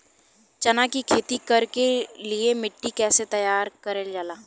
चना की खेती कर के लिए मिट्टी कैसे तैयार करें जाला?